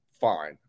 fine